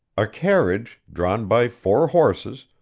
a carriage, drawn by four horses,